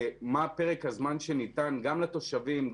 מה פרק הזמן שניתן גם לתושבים,